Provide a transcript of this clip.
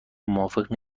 موافق